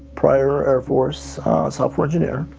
prior airforce software engineer.